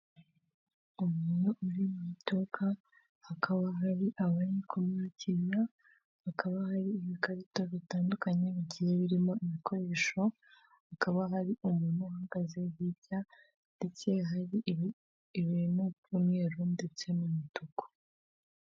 Umumama uri mu iduka hakaba hari abari kumwakira hakaba hari ibikarita bitandukanye bigiye birimo ibikoresho, hakaba hari umuntu uhagaze hirya ndetse hari ibintu by'umweru ndetse n'umutuku.